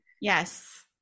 yes